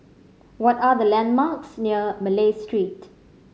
what are the landmarks near Malay Street